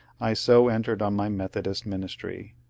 i so entered on my methodist ministry.